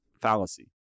fallacy